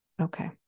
Okay